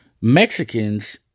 Mexicans